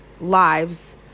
lives